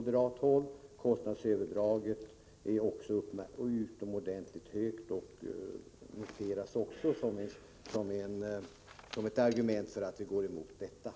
Dessutom är kostnadsökningen utomordentligt hög och är ett av skälen till att vi går emot förslaget.